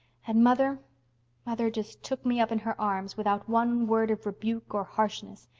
and mother mother just took me up in her arms, without one word of rebuke or harshness,